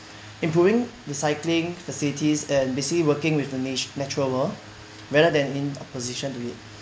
improving recycling facilities and basically working with a ni~ natural world rather than in opposition to it